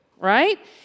right